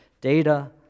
data